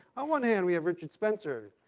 on one hand, we have richard spencer,